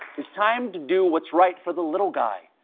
it's time to do what's right for the little guy.